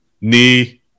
Knee